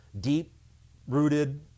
deep-rooted